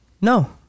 No